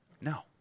No